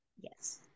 Yes